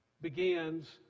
begins